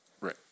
Right